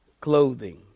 Clothing